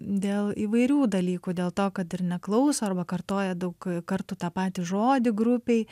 dėl įvairių dalykų dėl to kad ir neklauso arba kartoja daug kartų tą patį žodį grupei